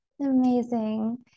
amazing